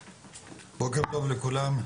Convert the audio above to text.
בוקר טוב לכולם,